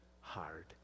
hard